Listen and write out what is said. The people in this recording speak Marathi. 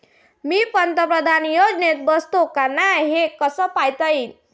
मी पंतप्रधान योजनेत बसतो का नाय, हे कस पायता येईन?